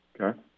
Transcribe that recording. Okay